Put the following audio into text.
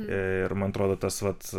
ir man atrodo tas vat